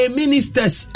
ministers